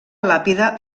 làpida